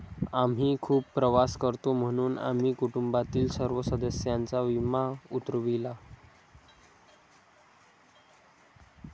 आम्ही खूप प्रवास करतो म्हणून आम्ही कुटुंबातील सर्व सदस्यांचा विमा उतरविला